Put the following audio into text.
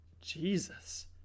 jesus